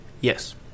Yes